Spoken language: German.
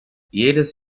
jedes